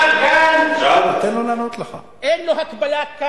אין הקבלה.